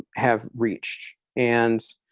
have reached. and